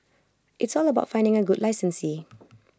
it's all about finding A good licensee